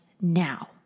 now